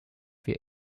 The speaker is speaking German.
wir